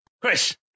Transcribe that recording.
Chris